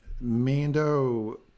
Mando